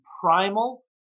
primal